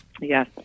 Yes